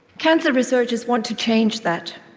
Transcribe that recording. cancer researchers want to change that.